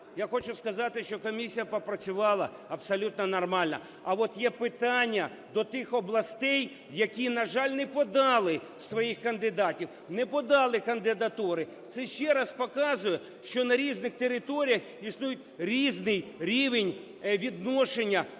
Я хочу сказати, що комісія попрацювала абсолютно нормально. А от є питання до тих областей, які, на жаль, не подали своїх кандидатів, не подали кандидатури, це ще раз показує, що на різних територіях існує різний рівень відношення до